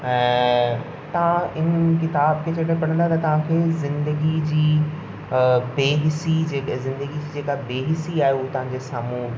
ऐं तव्हां इन किताब खे जॾहिं पढ़ंदा त तव्हां खे ज़िंदगी जी पेगसी जेका ज़िंदगी जी जेका बेहिसी आहे उहो तव्हां जे साम्हूं